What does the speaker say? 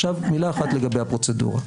עכשיו מילה אחת לגבי הפרוצדורה.